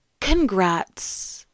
congrats